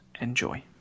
Enjoy